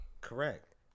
Correct